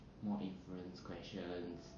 more inference questions